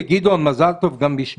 גדעון, מזל טוב גם בשמי.